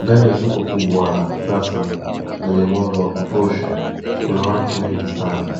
Ndani ya soko kubwa la kisasa lenye mwanga wa kutosha kuna watu wengi sana,